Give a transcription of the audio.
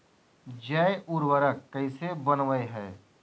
जैव उर्वरक कैसे वनवय हैय?